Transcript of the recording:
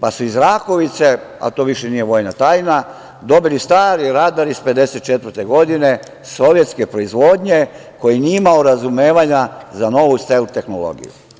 pa su iz Rakovice, a to više nije vojna tajna, dobili stari radar iz 1954. godine, sovjetske proizvodnje, koji nije imao razumevanja za novu STEL tehnologiju.